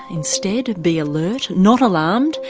instead be alert, not alarmed'.